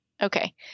Okay